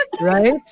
Right